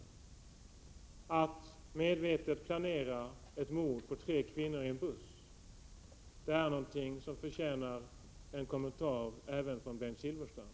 Att medvetet planera mord på tre kvinnor i en buss är något som förtjänar en kommentar även från Bengt Silfverstrand.